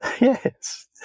Yes